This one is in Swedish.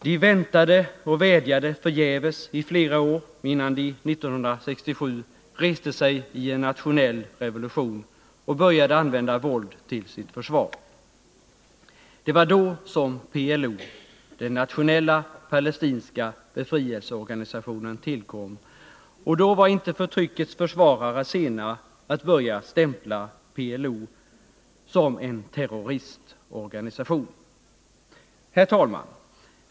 De väntade och vädjade förgäves i flera år innan de 1967 reste sig i en nationell revolution och började använda våld till sitt försvar. Det var då som PLO, den nationella palestinska befrielseorganisationen tillkom, och då var inte förtryckets försvarare sena att stämpla PLO som en terroristorganisation. Herr talman!